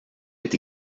est